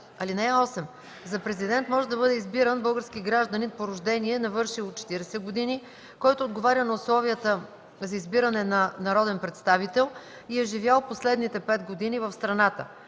(8) За президент може да бъде избиран български гражданин по рождение, навършил 40 години, който отговаря на условията за избиране на народен представител и е живял последните пет години в страната.